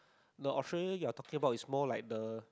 no Australia you are talking about is more like a